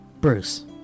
Bruce